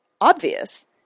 obvious